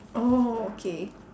oh okay